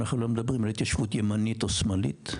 אנחנו לא מדברים על התיישבות ימנית או שמאלית,